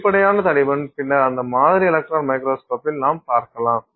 வெளிப்படையான தடிமன் பின்னர் அந்த மாதிரி எலக்ட்ரான் மைக்ரோஸ்கோபியில் நாம் பார்க்கலாம்